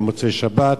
במוצאי-שבת,